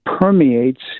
permeates